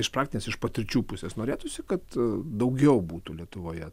iš praktinės iš patirčių pusės norėtųsi kad daugiau būtų lietuvoje